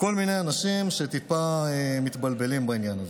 כל מיני אנשים שטיפה מתבלבלים בעניין הזה.